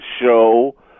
show